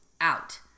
out